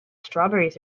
strawberries